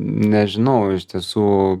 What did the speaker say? nežinau iš tiesų